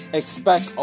expect